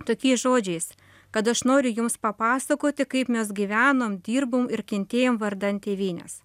tokiais žodžiais kad aš noriu jums papasakoti kaip mes gyvenom dirbom ir kentėjom vardan tėvynės